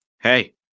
Hey